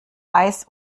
eis